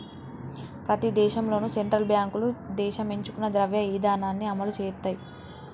ప్రతి దేశంలోనూ సెంట్రల్ బ్యాంకులు దేశం ఎంచుకున్న ద్రవ్య ఇధానాన్ని అమలు చేత్తయ్